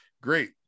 great